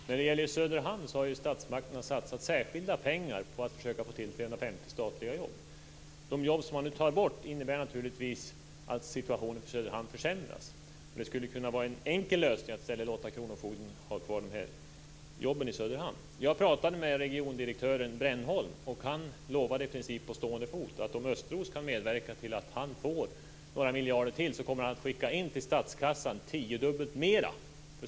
Fru talman! När det gäller Söderhamn har ju statsmakterna satsat särskilda pengar på att försöka få fram 350 statliga jobb. De jobb man nu tar bort innebär naturligtvis att situationen för Söderhamn försämras. Det skulle kunna vara en enkel lösning att i stället låta Kronofogdemyndigheten ha kvar jobben i Söderhamn. Jag pratade med regiondirektören, Brännholm, och han lovade i princip på stående fot att om statsrådet Östros kan medverka till att han får några miljarder till kommer han att skicka in till statskassan tiodubbelt mer.